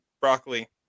Broccoli